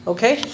Okay